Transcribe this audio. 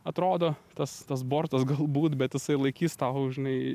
atrodo tas tas bortas galbūt bet jisai laikys tau žinai